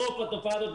לתופעה הזאת,